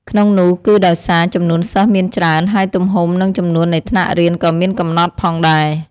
ក្នុងនោះគឺដោយសារ ចំនួនសិស្សមានច្រើន ហើយទំហំ និងចំនួននៃថ្នាក់រៀនក៏មានកំណត់ផងដែរ។